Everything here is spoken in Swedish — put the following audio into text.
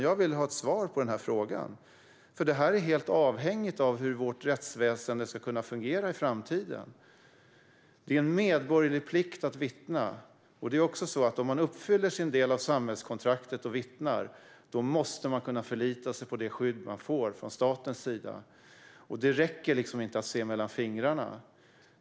Jag vill ha ett svar på denna fråga, eftersom detta är helt avhängigt av hur vårt rättsväsen ska kunna fungera i framtiden. Det är en medborgerlig plikt att vittna. Om man uppfyller sin del av samhällskontraktet och vittnar, då måste man kunna förlita sig på det skydd man får från statens sida. Det räcker inte att se mellan fingrarna.